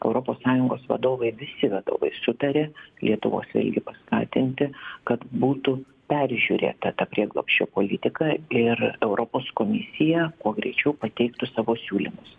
europos sąjungos vadovai visi vadovai sutarė lietuvos vėlgi paskatinti kad būtų peržiūrėta ta prieglobsčio politika ir europos komisija kuo greičiau pateiktų savo siūlymus